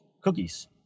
cookies